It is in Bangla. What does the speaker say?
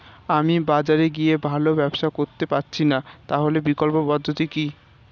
আমি বাজারে গিয়ে ভালো ব্যবসা করতে পারছি না তাহলে বিকল্প পদ্ধতি কি?